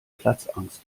platzangst